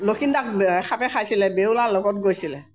লক্ষীন্দৰক সাপে খাইছিলে বেউলা লগত গৈছিলে